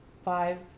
five